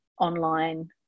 online